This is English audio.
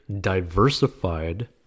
diversified